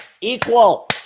Equal